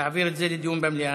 להעביר את זה לדיון במליאה.